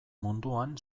munduan